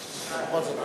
דקות.